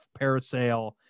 parasail